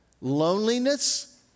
loneliness